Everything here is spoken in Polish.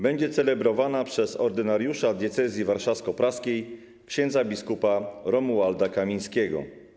Będzie celebrowana przez ordynariusza diecezji warszawsko-praskiej ks. bp. Romualda Kamińskiego.